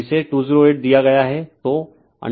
तो इसे 208 दिया गया है